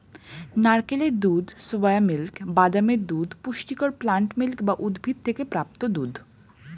নারকেলের দুধ, soya milk, বাদামের দুধ পুষ্টিকর প্লান্ট মিল্ক বা উদ্ভিদ থেকে প্রাপ্ত দুধ